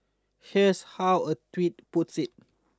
here's how a tweet puts it